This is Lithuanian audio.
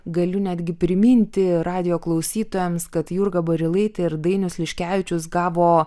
galiu netgi priminti radijo klausytojams kad jurga barilaitė ir dainius liškevičius gavo